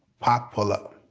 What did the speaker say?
popolo